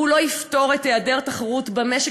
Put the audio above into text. והוא לא יפתור את היעדר התחרות במשק,